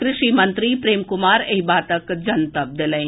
कॄषि मंत्री प्रेम कुमार एहि बातक जनतब देलनि